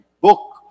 book